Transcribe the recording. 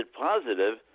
positive